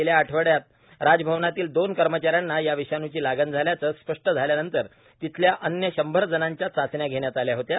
गेल्या आठवड्यात राजभवनातील दोन कर्मचाऱ्यांना या विषाणूची लागण झाल्याचं स्पष्ट झाल्यानंतर तिथल्या अन्य शंभर जणांच्या चाचण्या घेण्यात आल्या होत्या